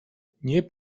nie